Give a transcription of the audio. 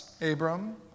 Abram